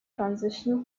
transitional